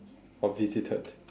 or visited